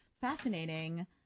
fascinating